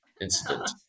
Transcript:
incident